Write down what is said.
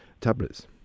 tablets